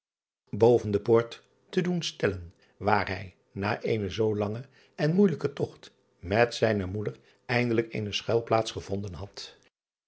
boven de poort de doen stellen waar hij na eenen zoo langen en moeijelijken togt met zijne moeder eindelijk eene schuilplaats gevonden had